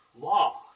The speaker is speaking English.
law